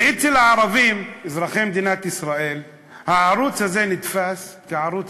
אצל הערבים אזרחי מדינת ישראל הערוץ הזה נתפס כערוץ